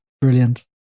brilliant